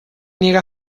niega